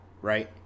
right